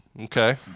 Okay